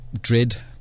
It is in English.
dread